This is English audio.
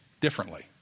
differently